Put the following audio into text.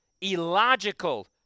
illogical